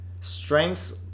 strengths